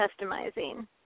customizing